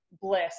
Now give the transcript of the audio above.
bliss